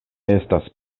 estas